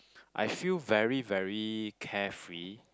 I feel very very carefree